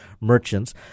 merchants